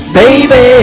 baby